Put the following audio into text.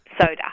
soda